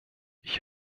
ich